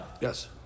Yes